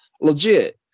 Legit